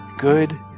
Good